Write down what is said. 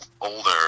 older